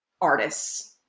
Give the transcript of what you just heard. artists